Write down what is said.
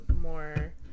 more